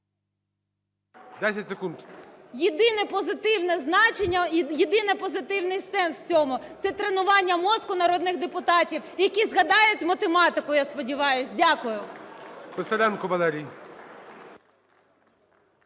Єдине позитивне значення і єдиний позитивний сенс в цьому – це тренування мозку народних депутатів, які згадають математику, я сподіваюся. Дякую.